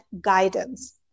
guidance